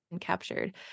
captured